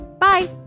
Bye